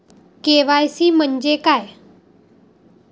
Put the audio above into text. KYC म्हंजे काय?